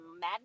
Mad